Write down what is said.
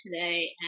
today